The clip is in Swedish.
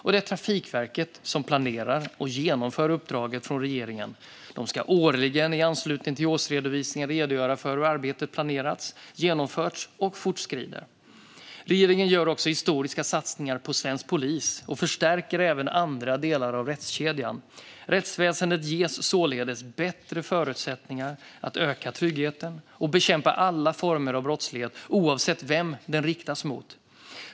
Det är Trafikverket som planerar och genomför uppdraget från regeringen, och det ska årligen i anslutning till årsredovisningen redogöra för hur arbetet planerats, genomförts och fortskrider. Regeringen gör också historiska satsningar på svensk polis och förstärker även andra delar av rättskedjan. Rättsväsendet ges således bättre förutsättningar att öka tryggheten och bekämpa alla former av brottslighet, oavsett vem den riktas mot.